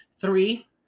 three